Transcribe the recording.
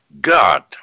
God